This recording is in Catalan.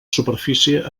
superfície